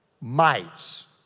mites